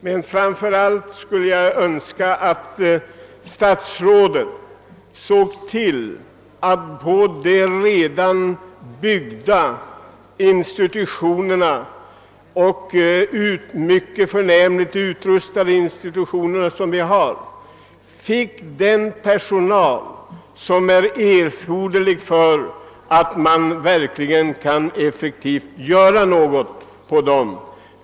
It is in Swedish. Men framför allt önskar jag att statsrådet ser till att de redan uppbyggda och mycket förnämligt utrustade institutionerna får den personal som är erforderlig för att de effektivt skall kunna uträtta någonting.